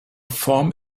form